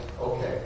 Okay